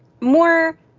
More